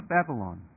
Babylon